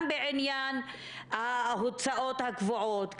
גם בעניין ההוצאות הקבועות,